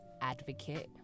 advocate